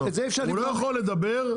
אתה לא יכול למנוע ממנו.